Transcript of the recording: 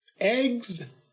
Eggs